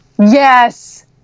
Yes